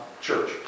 church